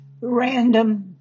Random